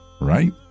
right